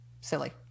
silly